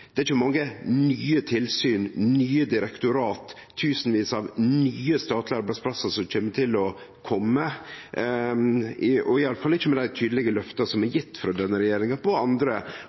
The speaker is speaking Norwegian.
Det er ikkje mange nye tilsyn og nye direktorat eller tusenvis av nye statlege arbeidsplassar som kjem til å kome, og iallfall ikkje med dei tydelege løfta som er gjevne frå denne regjeringa på andre